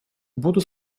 будут